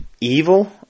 evil